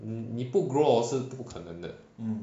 n~ 你不 grow hor 是不可能的